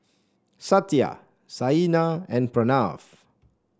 Satya Saina and Pranav